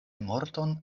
morton